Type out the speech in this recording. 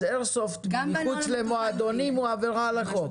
איירסופט מחוץ למועדונים הוא עבירה על החוק,